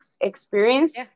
experience